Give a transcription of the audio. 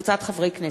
זאב בילסקי,